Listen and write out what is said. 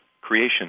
creation